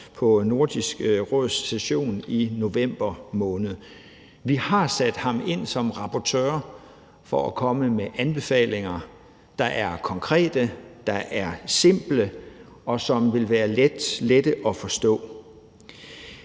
på Nordisk Råds session i november måned. Vi har sat ham ind som rapportør for at komme med anbefalinger, der er konkrete, der er simple, og som vil være lette at forstå.